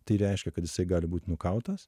tai reiškia kad jisai gali būt nukautas